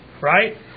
Right